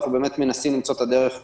אנחנו מנסים למצוא את הדרך שתתאפשר.